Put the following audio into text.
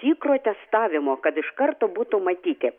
tikro testavimo kad iš karto būtų matyti